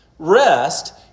Rest